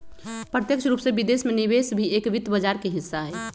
प्रत्यक्ष रूप से विदेश में निवेश भी एक वित्त बाजार के हिस्सा हई